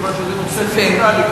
מכיוון שזה נושא פיסקלי.